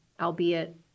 albeit